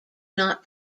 not